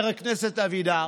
חבר הכנסת אבידר,